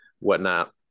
whatnot